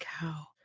Cow